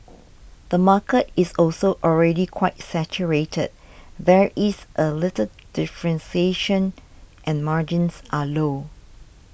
the market is also already quite saturated there is a little differentiation and margins are low